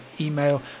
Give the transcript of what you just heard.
email